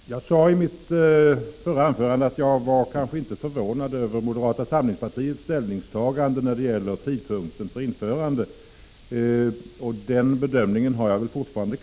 Herr talman! Jag sade i mitt förra anförande att jag inte var förvånad över moderata samlingspartiets ställningstagande när det gäller tidpunkten för införandet. Den bedömningen gör jag väl fortfarande.